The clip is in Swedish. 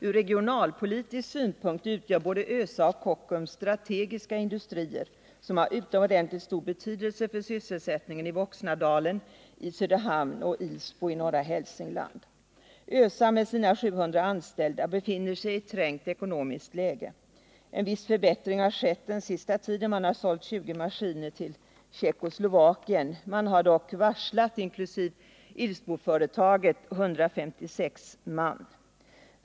Ur regionalpolitisk synpunkt utgör både ÖSA och Kockums strategiska industrier som har utomordentligt stor betydelse för sysselsättningen i ÖSA med sina 700 anställda befinner sig i ett trängt ekonomiskt läge. En viss förbättring har skett den sista tiden — man har sålt 20 maskiner till Tjeckoslovakien. Man har dock, inkl. fabriken i Ilsbo, varslat 156 man.